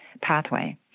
pathway